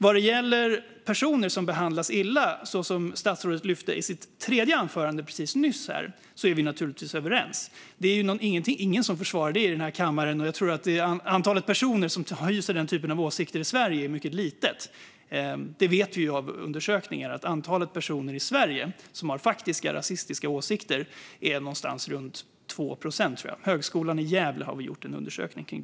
Vad gäller personer som behandlas illa, som statsrådet lyfte upp i sitt tredje anförande nyss, är vi naturligtvis överens. Det är ingen i denna kammare som försvarar det, och antalet personer som hyser den typen av åsikter i Sverige är mycket litet. Vi vet från undersökningar att andelen personer i Sverige som har faktiska rasistiska åsikter ligger någonstans runt 2 procent. Högskolan i Gävle har gjort en undersökning om det.